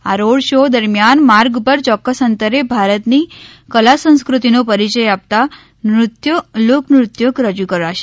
આ road show દરમ્યાન માર્ગ ઉપર ચોક્કસ અંતરે ભારતની કલા સંસ્ક્રતિનો પરિચય આપતા નૃત્યો લોકનૃત્યો રજૂ કરાશે